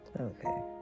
Okay